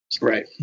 Right